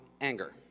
anger